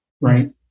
Right